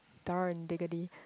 darn dignity